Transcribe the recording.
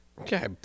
Okay